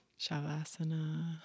Shavasana